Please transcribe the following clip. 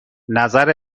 نظر